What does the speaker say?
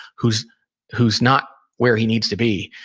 who's who's not where he needs to be.